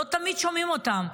לא תמיד שומעים אותם,